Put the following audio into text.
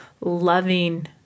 loving